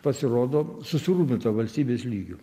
pasirodo susirūpinta valstybės lygiu